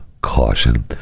caution